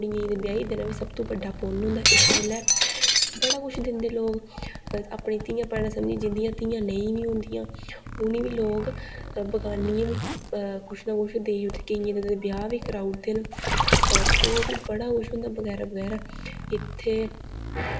कुड़ियें कुड़ियें ई ब्याही देना बी सब तूं बड्डा पुन्न होंदा ऐ इस्सै गल्लै बड़ा कुछ दिंदे लोक अपने धीयां भैनां अच्छा ते जिंदियांं धीयां नेईं होंंदियां उ'नें ई बी लोक बगानियां बी कुछ न कुछ केइयें दे ते ब्याह् कराउड़दे न और बड़ा कुछ बगैरा बगैरा इत्थै